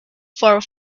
for